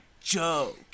joke